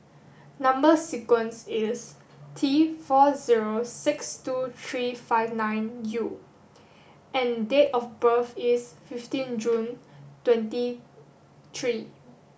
number sequence is T four zero six two three five nine U and date of birth is fifteen June twenty three